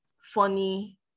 funny